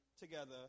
together